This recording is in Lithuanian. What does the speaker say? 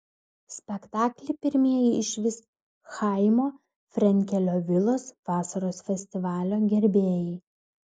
spektaklį pirmieji išvys chaimo frenkelio vilos vasaros festivalio gerbėjai